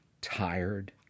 tired